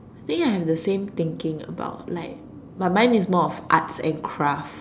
I think I have the same thinking about like but mine is more of arts and craft